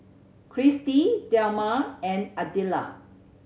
Kristie Delmar and Adella